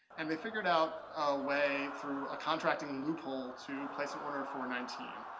and they figured out a way through a contracting loophole to place an order for nineteen.